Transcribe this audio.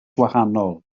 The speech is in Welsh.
gwahanol